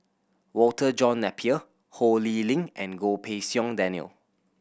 Walter John Napier Ho Lee Ling and Goh Pei Siong Daniel